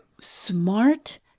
smart